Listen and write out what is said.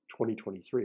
2023